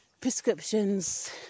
prescriptions